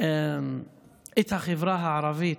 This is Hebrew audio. את החברה הערבית.